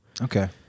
okay